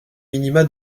minima